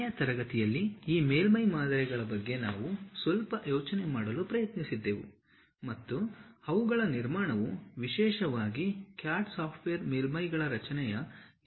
ಕೊನೆಯ ತರಗತಿಯಲ್ಲಿ ಈ ಮೇಲ್ಮೈ ಮಾದರಿಗಳ ಬಗ್ಗೆ ನಾವು ಸ್ವಲ್ಪ ಯೋಚನೆ ಮಾಡಲು ಪ್ರಯತ್ನಿಸಿದ್ದೆವು ಮತ್ತು ಅವುಗಳ ನಿರ್ಮಾಣವು ವಿಶೇಷವಾಗಿ CAD ಸಾಫ್ಟ್ವೇರ್ ಮೇಲ್ಮೈಗಳ ರಚನೆಯ ಎರಡು ಮೂಲ ವಿಧಾನಗಳನ್ನು ಬಳಸುತ್ತದೆ